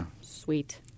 Sweet